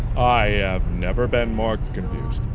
i have never been more confused.